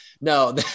No